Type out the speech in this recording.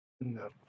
no